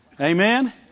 Amen